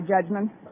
judgment